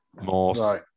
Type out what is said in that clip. Morse